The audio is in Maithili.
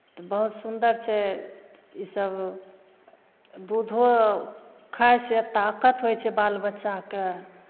तऽ बहुत सुन्दर छै ईसभ दूधो खायसँ ताकत होइ छै बालबच्चाकेँ